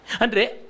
Andre